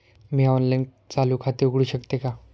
मी online चालू खाते उघडू शकते का?